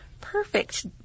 perfect